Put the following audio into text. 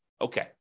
Okay